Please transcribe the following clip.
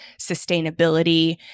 sustainability